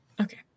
Okay